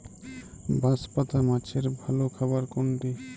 বাঁশপাতা মাছের ভালো খাবার কোনটি?